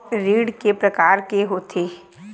ऋण के प्रकार के होथे?